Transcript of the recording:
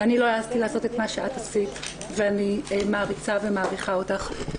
אני לא העזתי לעשות את מה שאת עשית ואני מעריצה ומעריכה אותך.